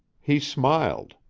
he smiled.